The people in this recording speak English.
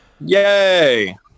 Yay